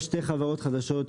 יש שתי חברות חדשות,